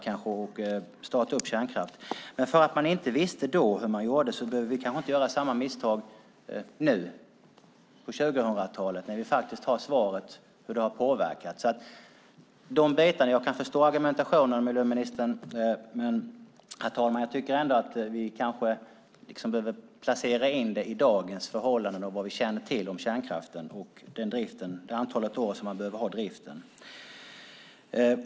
Men bara för att man inte då visste hur man skulle göra behöver vi väl inte göra om samma misstag nu, på 2000-talet, när vi vet hur det har påverkat? Jag kan förstå argumentationen, miljöministern, men jag tycker att vi behöver placera in det i dagens förhållanden och vad vi vet om kärnkraften och om hur många år man behöver ha driften.